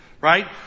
right